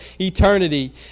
eternity